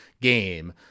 game